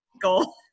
goal